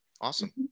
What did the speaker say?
awesome